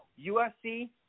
usc